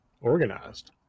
organized